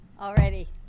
already